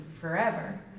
forever